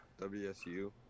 WSU